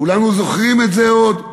כולנו זוכרים את זה עוד,